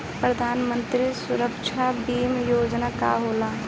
प्रधानमंत्री सुरक्षा बीमा योजना का होला?